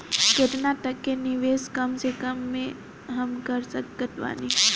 केतना तक के निवेश कम से कम मे हम कर सकत बानी?